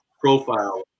profile